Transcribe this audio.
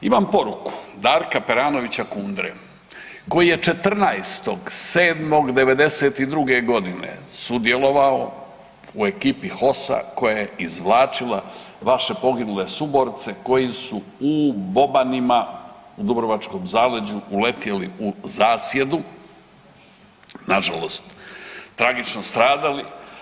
Imam poruku Darka Peranovića Kundre koji je 14.7.'92. godine sudjelovao u ekipi HOS-a koja je izvlačila vaše poginule suborce koji su u Bobanima u dubrovačkom zaleđu uletjeli u zasjedu, nažalost tragično stradali.